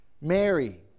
Mary